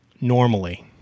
Normally